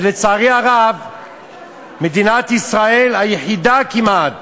ולצערי הרב מדינת ישראל היא היחידה כמעט